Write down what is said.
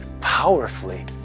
powerfully